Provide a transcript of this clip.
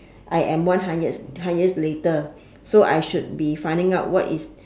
I am one hundreds hundreds later so I should be finding out what is